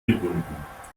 gebunden